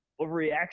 overreaction